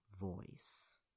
voice